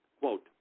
Quote